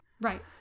Right